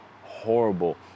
horrible